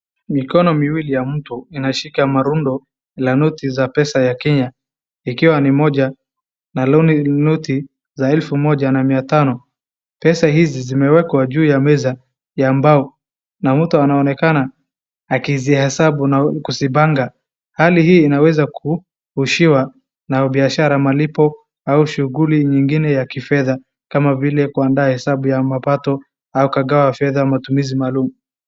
Mikono miwili ya mtu inashika marundo la noti ya pesa ya Kenya. Ikiwa ni moja na loan noti za elfu moja na mia tano. Pesa hizi zimeekwa juu ya meza mbao na mtu anaonekana akizisihesabu kuna kuzipanga. Hali hii inaweza kuishiwa na biashara malipo au shughuli nyingine ya kifedha kama vile kuanda hesabu ya mapato au kagawa pesa matumizi maalum.